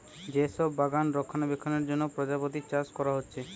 যে সব বাগানে রক্ষণাবেক্ষণের জন্যে প্রজাপতি চাষ কোরা হচ্ছে